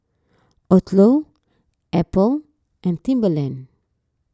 Odlo Apple and Timberland